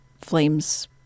flames